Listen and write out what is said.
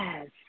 Yes